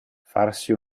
farsi